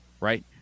right